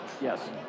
yes